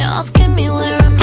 askin' me where